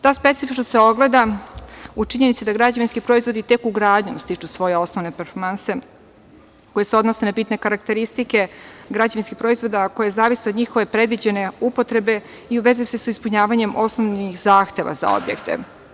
Ta specifičnost se ogleda u činjenici da građevinski proizvodi tek ugradnjom stiču svoje osnovne performanse koje se odnose na bitne karakteristike građevinskih proizvoda, a koje zavise od njihove predviđene upotrebe i u vezi su sa ispunjavanjem osnovnih zahteva za objekte.